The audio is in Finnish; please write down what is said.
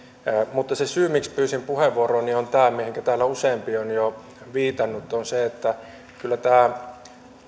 mutta se syy miksi pyysin puheenvuoroa on tämä mihinkä täällä useampi on jo viitannut että kyllä tämä